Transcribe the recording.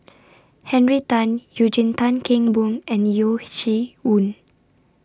Henry Tan Eugene Tan Kheng Boon and Yeo Shih Yun